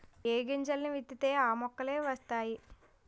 ఏ గింజల్ని విత్తితే ఆ మొక్కలే వతైయి